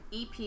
EP